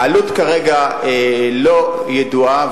העלות כרגע לא ידועה,